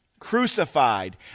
crucified